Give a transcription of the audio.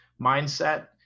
mindset